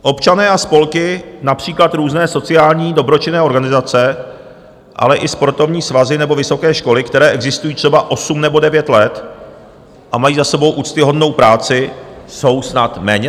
Občané a spolky, například různé sociální dobročinné organizace, ale i sportovní svazy nebo vysoké školy, které existují třeba osm nebo devět let a mají za sebou úctyhodnou práci, jsou snad méněcenní?